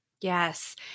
Yes